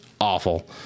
awful